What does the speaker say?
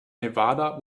nevada